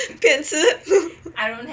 骗吃